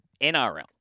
NRL